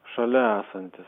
šalia esantys